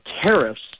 tariffs